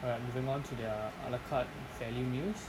alright moving on to their a la carte value meals